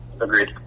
Agreed